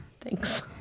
thanks